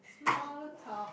small talk